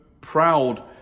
proud